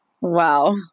Wow